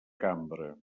cambra